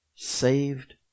Saved